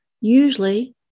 Usually